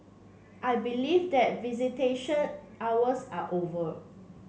I believe that visitation hours are over